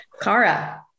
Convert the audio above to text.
Kara